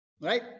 Right